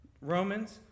Romans